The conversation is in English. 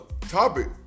topic